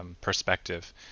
perspective